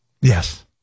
Yes